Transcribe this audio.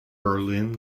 berlin